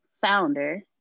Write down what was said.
founder